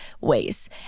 ways